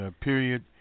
period